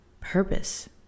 purpose